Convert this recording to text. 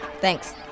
thanks